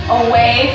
away